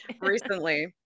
recently